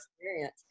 experience